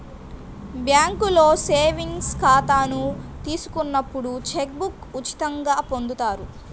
బ్యేంకులో సేవింగ్స్ ఖాతాను తీసుకున్నప్పుడు చెక్ బుక్ను ఉచితంగా పొందుతారు